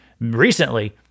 Recently